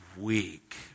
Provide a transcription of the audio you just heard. weak